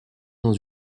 dans